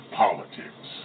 politics